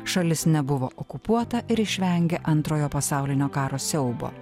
šalis nebuvo okupuota ir išvengia antrojo pasaulinio karo siaubo